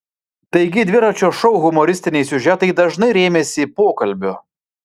taigi dviračio šou humoristiniai siužetai dažnai rėmėsi pokalbiu